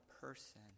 person